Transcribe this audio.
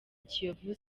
kiyovu